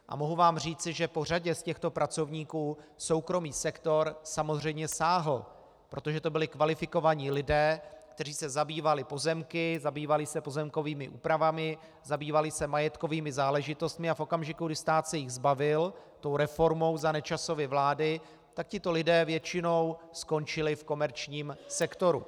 A mohu vám říci, že po řadě těchto pracovníků soukromý sektor samozřejmě sáhl, protože to byli kvalifikovaní lidé, kteří se zabývali pozemky, zabývali se pozemkovými úpravami, zabývali se majetkovými záležitostmi, a v okamžiku, kdy se jich stát zbavil tou reformou za Nečasovy vlády, tak tito lidé většinou skončili v komerčním sektoru.